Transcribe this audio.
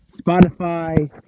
Spotify